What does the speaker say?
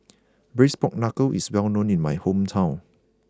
Braised Pork Knuckle is well known in my hometown